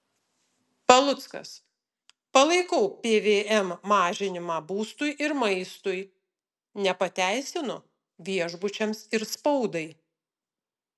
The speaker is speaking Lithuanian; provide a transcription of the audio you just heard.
paluckas palaikau pvm mažinimą būstui ir maistui nepateisinu viešbučiams ir spaudai